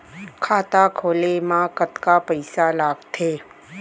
खाता खोले मा कतका पइसा लागथे?